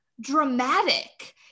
dramatic